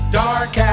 dark